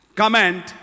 comment